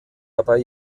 dabei